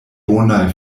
bonaj